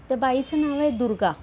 त्या बाईचं नाव आहे दुर्गा